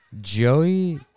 Joey